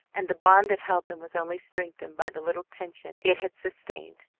and the bond that held them was only strengthened by the little tension it had sustained.